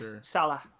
Salah